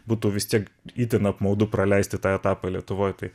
būtų vis tiek itin apmaudu praleisti tą etapą lietuvoj tai